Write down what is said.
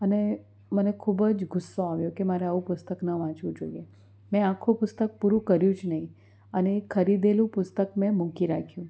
અને મને ખૂબ જ ગુસ્સો આવ્યો કે મારે આવું પુસ્તક ન વાંચવું જોઈએ મેં આખું પુસ્તક પુરું કર્યું જ નહીં અને ખરીદેલું પુસ્તક મેં મૂકી રાખ્યું